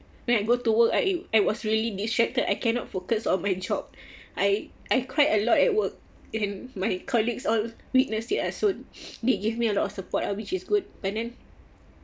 when I go to work I I was really distracted I cannot focus on my job I I cried a lot at work and my colleagues all witness it as soon they give me a lot of support ah which is good but then